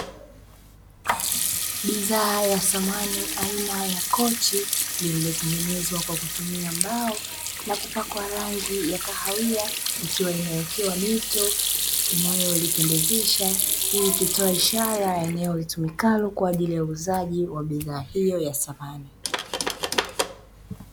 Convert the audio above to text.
Bidhaa ya samania aina ya kochi lililotengenezwa kwa kutumia mbao na kupakwa rangi ya kahawia likiwa limewewekewa mito inayolipendezesha. Hii ikitoa ishara ya eneo litumikalo kwa ajili ya uuzaji wa bidhaa hiyo ya samani.